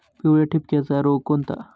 पिवळ्या ठिपक्याचा रोग कोणता?